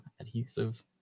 adhesive